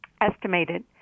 estimated